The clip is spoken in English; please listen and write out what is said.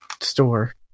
store